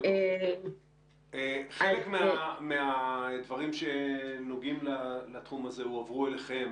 חלק מהדברים שנוגעים לתחום הזה הועברו אליכם.